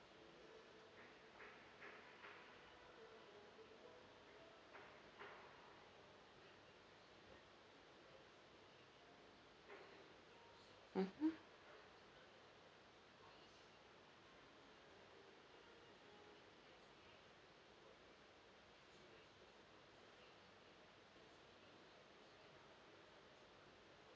mmhmm